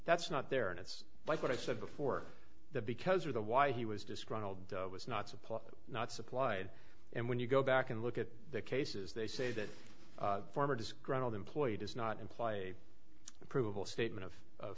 that's not there and it's like what i said before the because of the why he was disgruntled was not supplied not supplied and when you go back and look at the cases they say that former disgruntled employee does not imply a provable statement of